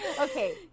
okay